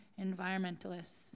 environmentalists